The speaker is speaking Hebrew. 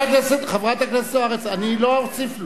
חברת הכנסת זוארץ, אני לא אוסיף לו.